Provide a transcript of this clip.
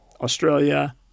Australia